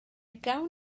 gawn